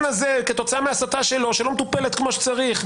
הזה כתוצאה מההסתה שלו שלא מטופלת כמו שצריך,